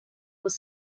was